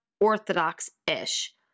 Orthodox-ish